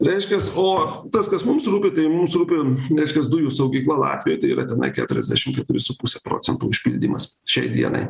reiškias o tas kas mums rūpi tai mums rūpi reiškias dujų saugykla latvijoj tai yra tenai keturiasdešim keturi su puse procento užpildymas šiai dienai